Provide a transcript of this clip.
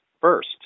first